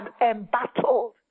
embattled